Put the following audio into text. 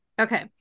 Okay